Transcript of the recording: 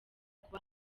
kuba